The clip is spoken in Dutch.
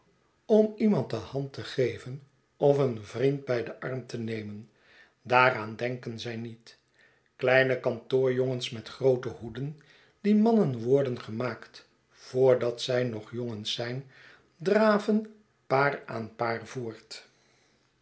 om iemand de hand te geven of een vriend bij den arm te nemen daaraan denken zij niet kleinekantoorjongens met groote hoeden die mannen worden gemaakt voordat zij nog jongens zijn draven paar aan paar voort